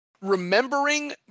remembering